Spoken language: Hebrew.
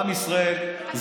עם ישראל,